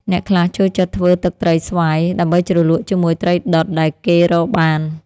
អ្នកខ្លះចូលចិត្តធ្វើទឹកត្រីស្វាយ ដើម្បីជ្រលក់ជាមួយត្រីដុតដែលគេរកបាន។